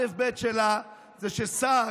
האלף-בית שלה זה ששר